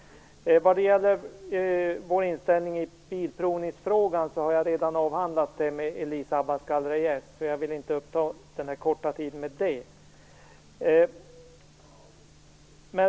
Vad gäller vår inställning i frågan om bilprovning har jag redan avhandlat den med Elisa Abascal Reyes. Jag vill inte uppta den korta tid jag har till förfogande med det.